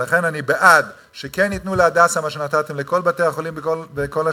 ולכן אני בעד שכן ייתנו ל"הדסה" מה שנתתם לכל בתי-החולים כל השנים.